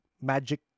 magic